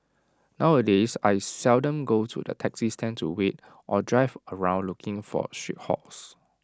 nowadays I seldom go to the taxi stand to wait or drive around looking for street hails